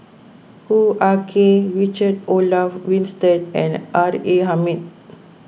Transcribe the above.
Hoo Ah Kay Richard Olaf Winstedt and R A Hamid